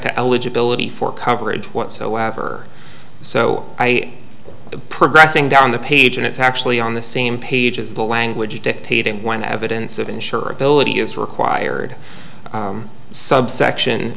to eligibility for coverage whatsoever so i progressing down the paid and it's actually on the same page as the language dictating when evidence of insurability is required subsection